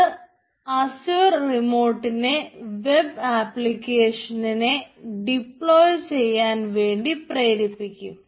ഇത് അസ്യുർ റിമോട്ടിനെ വെബ്ബ് ആപ്ലിക്കേഷനിനെ ഡിപ്ലോയ് ചെയ്യാൻ വേണ്ടി പ്രേരിപ്പിക്കും